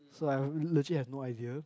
so I've legit I have no idea